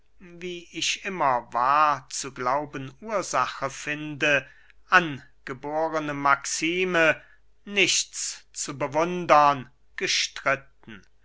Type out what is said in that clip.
wie ich immer mehr zu glauben ursache finde angeborne maxime nichts zu bewundern gestritten